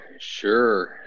Sure